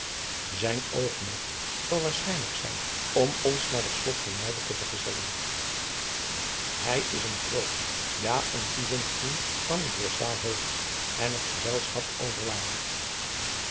zijn oogmerk zal waarschijnlijk zijn om ons naar het slot van muiden te vergezellen hij is een groot ja een boezemvriend van den drossaard hooft en het gezelschap overwaardig